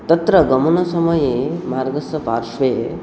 तत्र गमनसमये मार्गस्य पार्श्वे